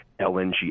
LNG